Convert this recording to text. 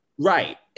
Right